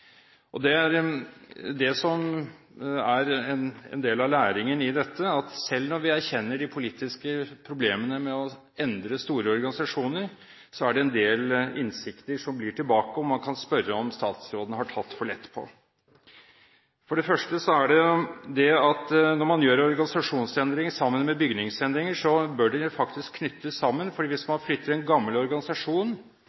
med betydelige omstillingskostnader. Det som er en del av læringen i dette, er at selv når vi erkjenner de politiske problemene med å endre store organisasjoner, blir det en del innsikt tilbake, som man kan spørre om statsråden har tatt for lett på. For det første når man gjør organisasjonsendringer sammen med bygningsendringer, bør disse faktisk knyttes sammen. Hvis man